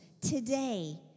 today